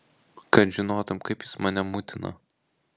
kad žinotum kaip jis mane mutina